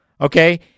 okay